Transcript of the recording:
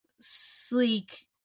sleek